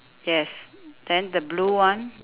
yes then the blue one